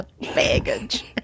Baggage